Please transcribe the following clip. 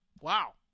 Wow